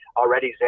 already